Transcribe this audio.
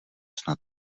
snad